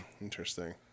Interesting